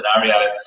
scenario